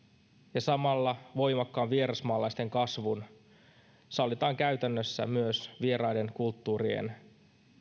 ja samalla voimakkaan vierasmaalaisten kasvun sallitaan käytännössä myös vieraiden kulttuurien